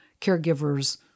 caregivers